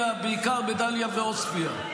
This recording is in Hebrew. בעיקר בדאליה ובעוספיא,